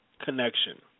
Connection